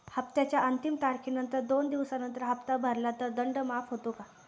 हप्त्याच्या अंतिम तारखेनंतर दोन दिवसानंतर हप्ता भरला तर दंड माफ होतो का?